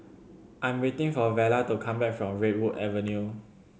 I am waiting for Vella to come back from Redwood Avenue